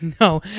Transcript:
no